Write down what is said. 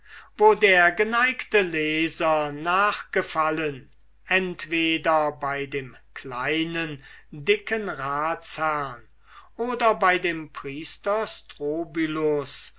wo die geneigten leser nach gefallen entweder bei dem kleinen dicken ratsherrn oder bei dem